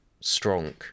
strong